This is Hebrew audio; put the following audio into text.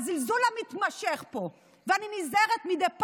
הזלזול המתמשך פה, ואני נזהרת מדי פעם,